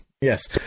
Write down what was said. Yes